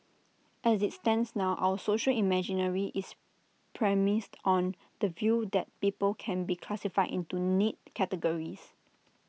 as IT stands now our social imaginary is premised on the view that people can be classified into neat categories